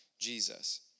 Jesus